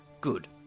Good